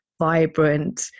vibrant